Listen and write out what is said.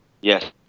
Yes